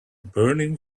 burning